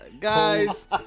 Guys